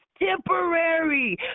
temporary